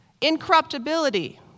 incorruptibility